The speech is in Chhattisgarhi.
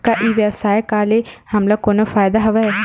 का ई व्यवसाय का ले हमला कोनो फ़ायदा हवय?